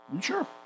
Sure